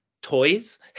toys